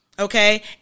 okay